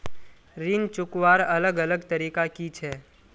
ऋण चुकवार अलग अलग तरीका कि छे?